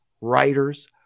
writers